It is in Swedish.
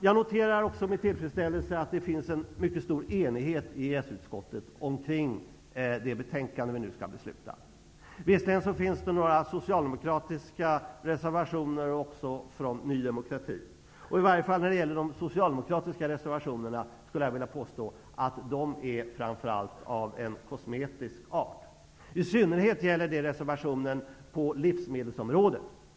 Jag noterar med tillfredsställelse att det föreligger en mycket stor enighet i EES utskottet omkring det betänkande som vi nu skall besluta om. Visserligen finns det några socialdemokratiska och några nydemokratiska reservationer. I vad gäller de socialdemokratiska reservationerna skulle jag i varje fall vilja säga att dessa är av kosmetisk art, i synnerhet reservationen på livsmedelsområdet.